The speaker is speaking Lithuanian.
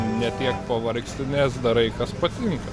ne tiek pavargsti nes darai kas patinka